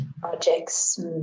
projects